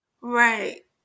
Right